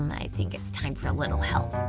um i think it's time for a little help.